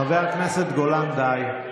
חבר הכנסת גולן, די.